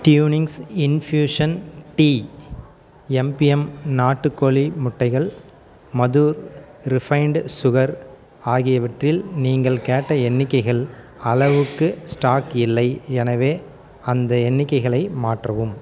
Twinings infusion tea MBM நாட்டுக் கோழி முட்டைகள் மதுர் ரீஃபைன்டு சுகர் ஆகியவற்றில் நீங்கள் கேட்ட எண்ணிக்கைகள் அளவுக்கு ஸ்டாக் இல்லை எனவே அந்த எண்ணிக்கைகளை மாற்றவும்